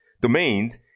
domains